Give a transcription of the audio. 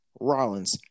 Rollins